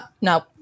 no